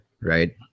right